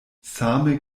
same